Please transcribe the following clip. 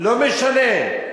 לא משנה.